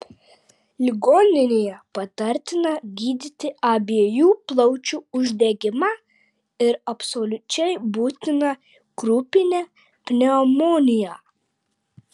ligoninėje patartina gydyti abiejų plaučių uždegimą ir absoliučiai būtina krupinę pneumoniją